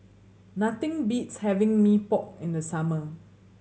nothing beats having Mee Pok in the summer